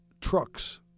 trucks